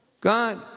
God